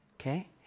okay